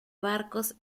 barcos